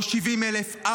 לא 70,000,